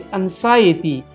anxiety